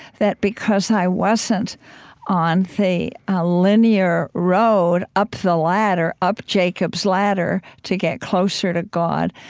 that because i wasn't on the linear road, up the ladder, up jacob's ladder to get closer to god,